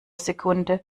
sekunde